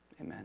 amen